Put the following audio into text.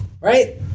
right